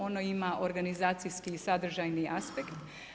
Ono ima organizacijski i sadržajni aspekt.